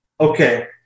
Okay